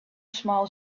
small